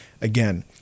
Again